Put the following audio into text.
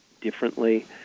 differently